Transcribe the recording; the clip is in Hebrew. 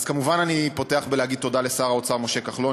אז כמובן אני פותח באמירת תודה לשר האוצר משה כחלון,